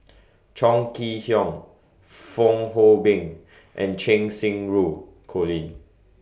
Chong Kee Hiong Fong Hoe Beng and Cheng Xinru Colin